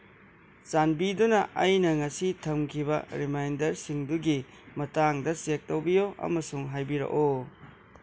ꯆꯥꯟꯕꯤꯗꯨꯅ ꯑꯩꯅ ꯉꯁꯤ ꯊꯝꯈꯤꯕ ꯔꯤꯃꯥꯏꯟꯗꯔꯁꯤꯡꯗꯨꯒꯤ ꯃꯇꯥꯡꯗ ꯆꯦꯛ ꯇꯧꯕꯤꯎ ꯑꯃꯁꯨꯡ ꯍꯥꯏꯔꯤꯔꯛꯎ